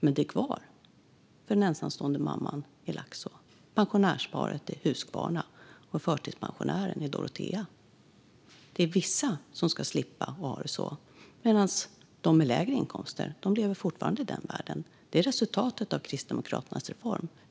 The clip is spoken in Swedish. Men det är kvar för den ensamstående mamman i Laxå, pensionärsparet i Huskvarna och förtidspensionären i Dorotea. Det är vissa som ska slippa ha det så, medan de med lägre inkomster fortfarande lever i den världen. Det är resultatet av Kristdemokraternas reform.